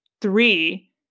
three